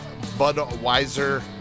Budweiser